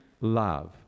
love